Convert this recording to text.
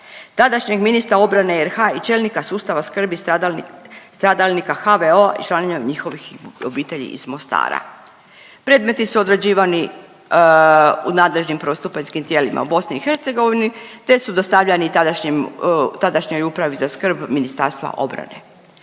tadašnjeg ministra obrane RH i čelnika sustava skrbi stradalnika HVO-a i članova njihovih obitelji iz Mostara. Predmeti su odrađivani u nadležnim prvostupanjskim tijelima u Bosni i Hercegovini te su dostavljani tadašnjem, tadašnjoj upravi za skrb Ministarstva obrane.